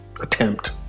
attempt